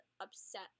upset